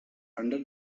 under